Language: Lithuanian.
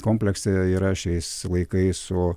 komplekse yra šiais laikais o